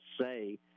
say